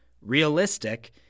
realistic